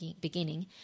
beginning